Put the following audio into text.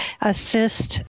assist